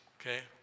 okay